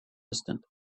distant